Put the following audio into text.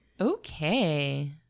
Okay